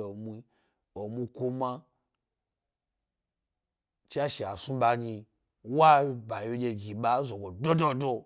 Emu kuma tswashe a snu ɓa n, wa wyebaɗye gi ɓa e zogo dododo.